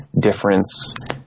difference